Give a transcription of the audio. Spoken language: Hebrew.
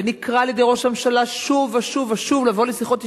ונקרא על-ידי ראש הממשלה שוב ושוב ושוב לבוא לשיחות ישירות,